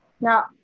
now